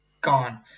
gone